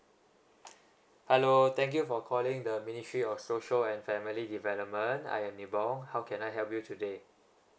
hello thank you for calling the ministry of social and family development I am nibong how can I help you today